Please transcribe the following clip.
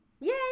yay